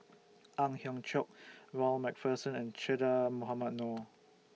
Ang Hiong Chiok Ronald MacPherson and Che Dah Mohamed Noor